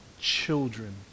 children